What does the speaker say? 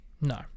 No